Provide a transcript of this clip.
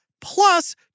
plus